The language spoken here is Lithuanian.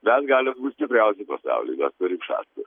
mes galim būt stipriausi pasauly mes turim šansų